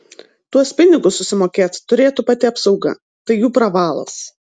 tuos pinigus susimokėt turėtų pati apsauga tai jų pravalas